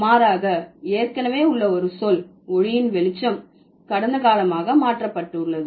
மாறாக ஏற்கனவே உள்ள ஒரு சொல் ஒளியின் வெளிச்சம் கடந்த காலமாக மாற்றப்பட்டுள்ளது